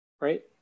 right